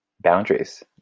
boundaries